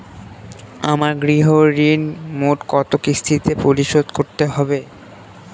আমার গৃহঋণ মোট কত কিস্তিতে পরিশোধ করতে হবে?